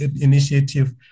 initiative